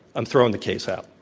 i'm throwing the case out.